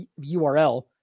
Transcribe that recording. URL